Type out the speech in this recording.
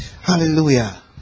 Hallelujah